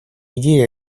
идее